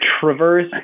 traverse